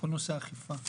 כל נושא האכיפה.